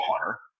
hunter